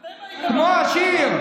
אתם הייתם, כמו השיר.